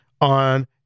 On